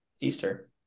Easter